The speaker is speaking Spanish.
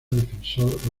defensor